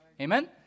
Amen